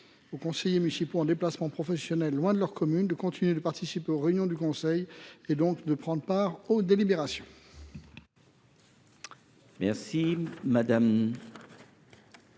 aux conseillers municipaux en déplacement professionnel loin de leur commune de continuer de participer aux réunions du conseil et donc de prendre part aux délibérations.